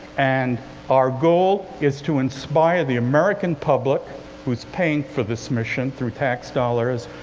and our goal is to inspire the american public who is paying for this mission through tax dollars.